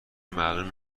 معلوم